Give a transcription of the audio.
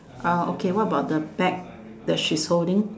ah okay what about the bag that she's holding